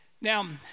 Now